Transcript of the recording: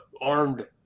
armed